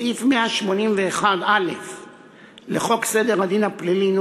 בסעיף 181א לחוק סדר הדין הפלילי ,